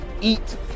eat